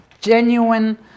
genuine